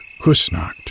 Kusnacht